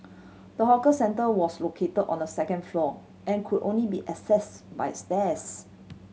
the hawker centre was located on the second floor and could only be accessed by stairs